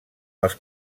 els